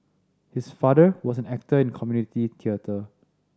his father was an actor in community theatre